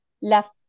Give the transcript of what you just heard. left